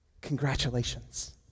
congratulations